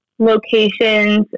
Locations